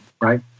right